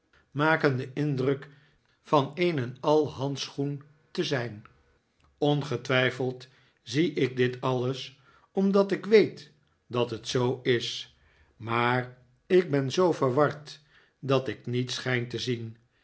maken den indruk van een en al handschoen te zijn ongetwijfeld zie ik dit alles omdat ik weet dat het zoo is maar ik ben zoo verward dat ik niets schijn te zien